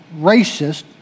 racist